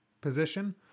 position